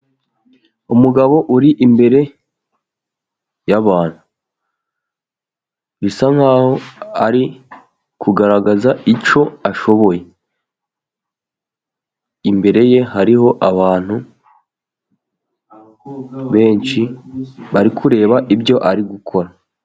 Umugabo uri imbere y'abantu bisa nkaho ari kugaragaza icyo ashoboye, imbere ye hariho abantu benshi bari kureba ibyo ari gukora.